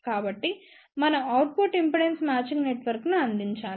కాబట్టి మనం output impedance matching నెట్వర్క్ను అందించాలి